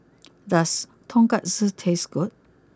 does Tonkatsu taste good